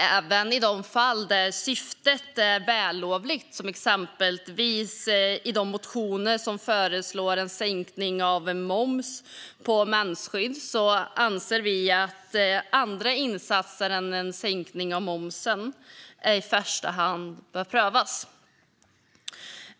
Även i de fall där syftet är vällovligt, som exempelvis i de motioner som förslår sänkt moms på mensskydd, anser vi att andra insatser än en momssänkning i första hand bör prövas.